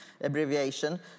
abbreviation